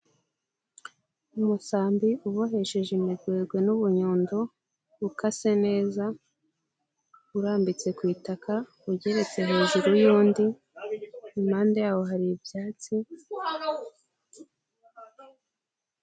Umusambi ubohesheje imikwegwe n'ubunyondo ukase neza urambitse ku itaka ugeretse hejuru y'undi, impande yaho hari ibyatsi.